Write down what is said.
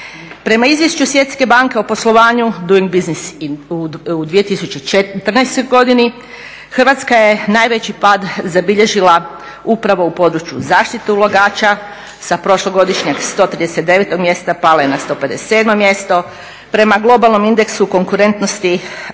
Prema izvješću Svjetske banke o poslovanja Doing business u 2014. godini Hrvatska je najveći pad zabilježila upravo u području zaštite ulagača sa prošlogodišnjeg 139 mjesta pala je na 157 mjesto. Prema globalnom indeksu konkurentnosti